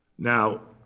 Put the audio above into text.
now,